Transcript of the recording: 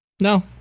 No